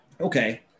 okay